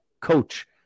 coach